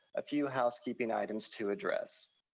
a few housekeeping items to address.